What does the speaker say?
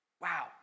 wow